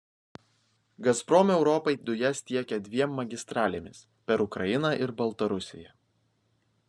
gazprom europai dujas tiekia dviem magistralėmis per ukrainą ir baltarusiją